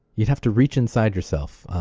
you'd have to reach inside yourself.